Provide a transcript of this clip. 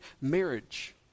marriage